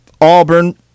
Auburn